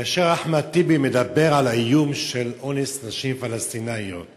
כאשר אחמד טיבי מדבר על האיום של אונס נשים פלסטיניות